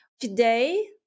today